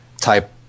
type